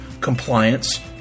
compliance